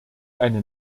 eine